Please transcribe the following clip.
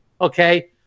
Okay